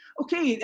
okay